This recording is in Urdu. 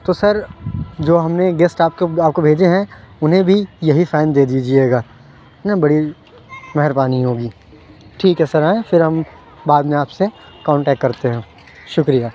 تو سر جو ہم نے گیسٹ آپ آپ کو بھیجے ہیں انہیں بھی یہی فین دے دیجیے گا ہے نا بڑی مہربانی ہوگی ٹھیک ہے سر ہاں پھر ہم بعد میں آپ سے کانٹیکٹ کرتے ہیں شکریہ